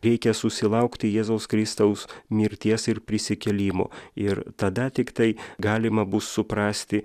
reikia susilaukti jėzaus kristaus mirties ir prisikėlimo ir tada tiktai galima bus suprasti